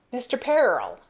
mister peril!